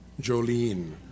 Jolene